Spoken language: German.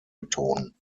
betonen